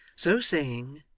so saying,